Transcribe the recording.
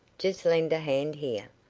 just lend a hand here.